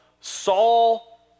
Saul